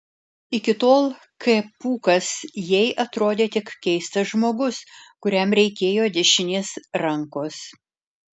iki tol k pūkas jai atrodė tik keistas žmogus kuriam reikėjo dešinės rankos